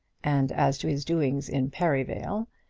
and as to his doings in perivale,